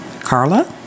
Carla